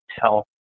tell